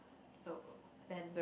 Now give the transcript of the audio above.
so then